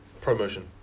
promotion